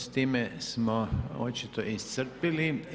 S time smo očito iscrpili.